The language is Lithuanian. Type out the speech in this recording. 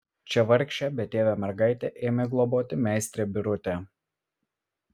čia vargšę betėvę mergaitę ėmė globoti meistrė birutė